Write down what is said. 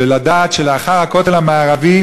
ולדעת שלאחר הכותל המערבי,